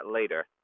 later